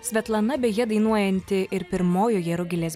svetlana beje dainuojanti ir pirmojoje rugilės